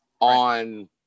on